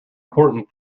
important